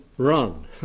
Run